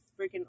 freaking